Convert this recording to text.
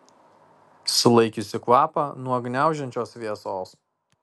sulaikiusi kvapą nuo gniaužiančios vėsos